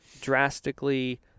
drastically